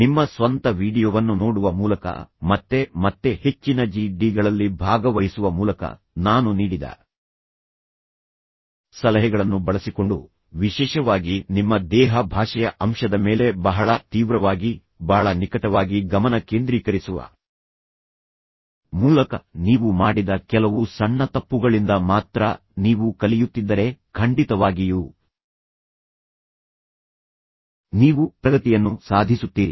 ನಿಮ್ಮ ಸ್ವಂತ ವೀಡಿಯೊವನ್ನು ನೋಡುವ ಮೂಲಕ ಮತ್ತೆ ಮತ್ತೆ ಹೆಚ್ಚಿನ ಜಿ ಡಿ ಗಳಲ್ಲಿ ಭಾಗವಹಿಸುವ ಮೂಲಕ ನಾನು ನೀಡಿದ ಸಲಹೆಗಳನ್ನು ಬಳಸಿಕೊಂಡು ವಿಶೇಷವಾಗಿ ನಿಮ್ಮ ದೇಹ ಭಾಷೆಯ ಅಂಶದ ಮೇಲೆ ಬಹಳ ತೀವ್ರವಾಗಿ ಬಹಳ ನಿಕಟವಾಗಿ ಗಮನ ಕೇಂದ್ರೀಕರಿಸುವ ಮೂಲಕ ನೀವು ಮಾಡಿದ ಕೆಲವು ಸಣ್ಣ ತಪ್ಪುಗಳಿಂದ ಮಾತ್ರ ನೀವು ಕಲಿಯುತ್ತಿದ್ದರೆ ಖಂಡಿತವಾಗಿಯೂ ನೀವು ಪ್ರಗತಿಯನ್ನು ಸಾಧಿಸುತ್ತೀರಿ